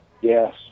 Yes